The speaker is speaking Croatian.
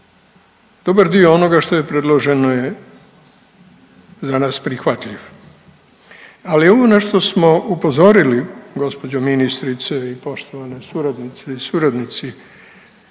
dobar dio onoga što je predloženo je za nas prihvatljiv, ali ovo na što smo upozorili gđo. ministrice i poštovana suradnice i suradnici,